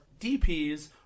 DPs